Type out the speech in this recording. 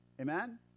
Amen